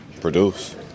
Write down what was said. produce